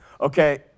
Okay